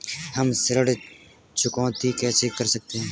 हम ऋण चुकौती कैसे कर सकते हैं?